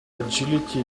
agility